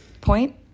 Point